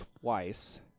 twice